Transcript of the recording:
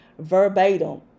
Verbatim